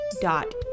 dot